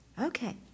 Okay